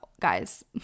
guys